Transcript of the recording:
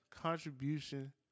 contribution